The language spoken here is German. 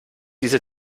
diese